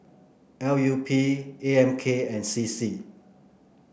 L U P A M K and C C